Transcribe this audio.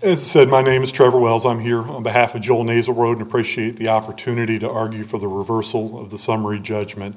is said my name is trevor wells i'm here home behalf of joel needs a road appreciate the opportunity to argue for the reversal of the summary judgment